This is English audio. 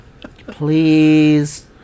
Please